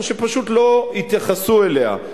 או שלא התייחסו אליה,